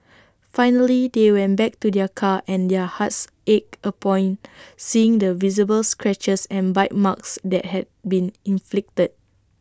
finally they went back to their car and their hearts ached upon seeing the visible scratches and bite marks that had been inflicted